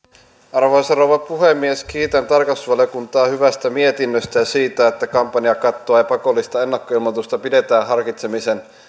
arvoisa rouva puhemies kiitän tarkastusvaliokuntaa hyvästä mietinnöstä ja siitä että kampanjakattoa ja pakollista ennakkoilmoitusta pidetään harkitsemisen